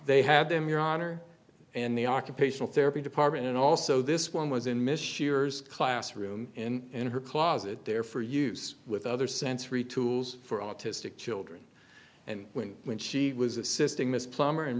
they had them your honor and the occupational therapy department and also this one was in michigan classroom in in her closet there for use with other sensory tools for autistic children and when when she was assisting ms plumber and